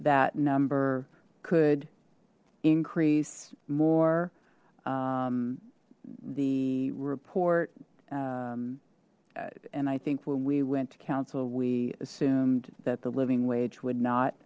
that number could increase more the report and i think when we went to council we assumed that the living wage would not